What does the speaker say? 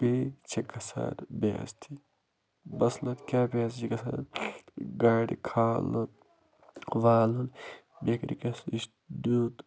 بیٚیہِ چھےٚ گژھان بے عِزتی مسلہٕ کیٛاہ گژھان گاڑِ کھالُن والُن مٮ۪کنِکَس نِش نیُن